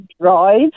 drive